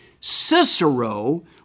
Cicero